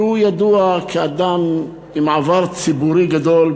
שידוע כאדם עם עבר ציבורי גדול,